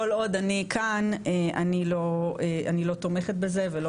כל עוד אני כאן אני לא תומכת בזה ולא